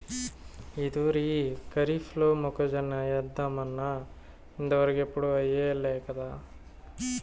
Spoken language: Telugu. ఈ తూరి కరీఫ్లో మొక్కజొన్న ఏద్దామన్నా ఇంతవరకెప్పుడూ ఎయ్యలేకదా